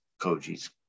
Koji's